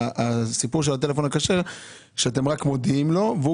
הסיפור של הטלפון הכשר שאתם רק מודיעים לו והוא